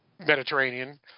Mediterranean